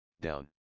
down